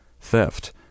theft